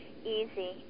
Easy